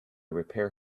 repair